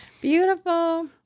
Beautiful